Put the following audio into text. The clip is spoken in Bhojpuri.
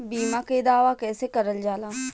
बीमा के दावा कैसे करल जाला?